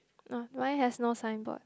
no mine has no signboard